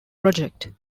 project